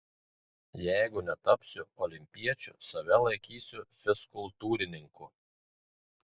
jeigu netapsiu olimpiečiu save laikysiu fizkultūrininku